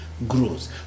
grows